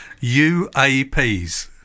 UAPs